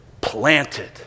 planted